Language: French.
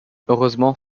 heureusement